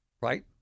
right